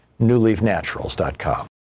NewLeafNaturals.com